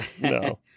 no